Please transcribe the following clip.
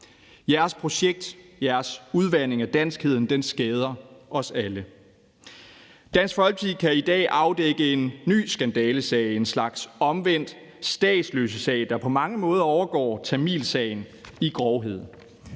Jeres projekt, jeres udvanding af danskheden, skader os alle. Dansk Folkeparti kan i dag afdække en ny skandalesag, en slags omvendt statsløsesag, der på mange måder overgår tamilsagen i grovhed,